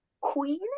queen